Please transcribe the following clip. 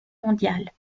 mondiale